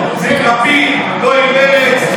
היא הבטיחה שלא לשבת עם עבאס.